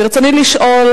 ברצוני לשאול: